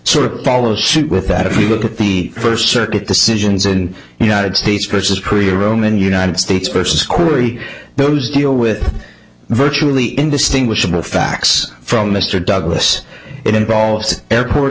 sort of follow suit with that if you look at the first circuit decisions and united states versus korea roman united states versus cory those deal with virtually indistinguishable facts from mr douglas it involves airport